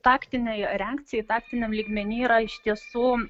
taktinei reakcijai taktiniam lygmeny yra iš tiesų